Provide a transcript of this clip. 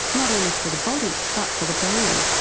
not only for the body, but for the brain.